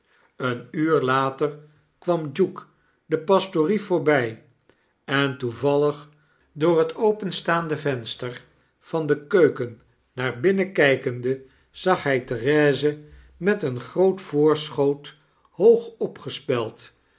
een uur later kwam duke de pastorie voorbij en toevallig door het openstaande venster van de keuken naar binnen kykende zag hy therese met een groot voorschoot hoog opgespeld